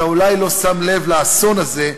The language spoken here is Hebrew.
אתה אולי לא שם לב לאסון הזה,